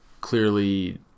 clearly